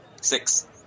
Six